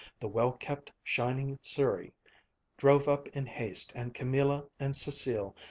the well-kept, shining surrey drove up in haste and camilla and cecile,